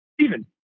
Steven